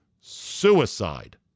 suicide